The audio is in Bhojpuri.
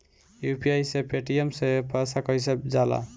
यू.पी.आई से पेटीएम मे पैसा कइसे जाला?